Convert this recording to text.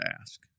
ask